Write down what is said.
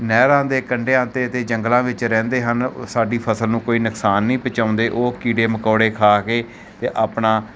ਨਹਿਰਾਂ ਦੇ ਕੰਢਿਆਂ 'ਤੇ ਅਤੇ ਜੰਗਲਾਂ ਵਿੱਚ ਰਹਿੰਦੇ ਹਨ ਉਹ ਸਾਡੀ ਫ਼ਸਲ ਨੂੰ ਕੋਈ ਨੁਕਸਾਨ ਨਹੀਂ ਪਹੁਚਾਉਂਦੇ ਉਹ ਕੀੜੇ ਮਕੌੜੇ ਖਾ ਕੇ ਅਤੇ ਆਪਣਾ